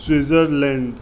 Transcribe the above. Switzerland